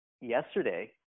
yesterday